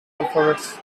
alphabets